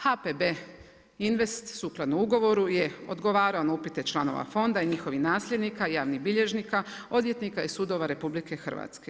HPB Invest sukladno ugovoru je odgovarao na upite članova fonda i njihovih nasljednika, javnih bilježnika, odvjetnika i sudova RH.